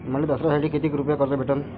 मले दसऱ्यासाठी कितीक रुपये कर्ज भेटन?